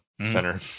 Center